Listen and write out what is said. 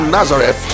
nazareth